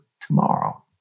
tomorrow